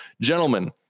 gentlemen